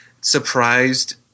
surprised